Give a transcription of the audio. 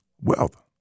wealth